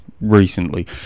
recently